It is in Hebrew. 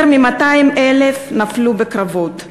יותר מ-200,000 נפלו בקרבות.